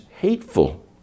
hateful